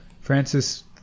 Francis